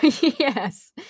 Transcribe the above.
yes